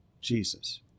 Jesus